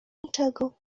niczego